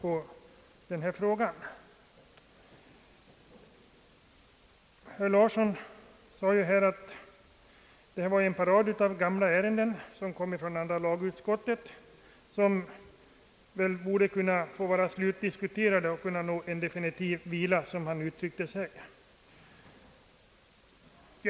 Herr Larsson sade att detta var en parad av gamla ärenden som kommer från andra lagutskottet men som väl borde kunna vara slutdiskuterade och få en definitiv vila — som han uttryckte sig.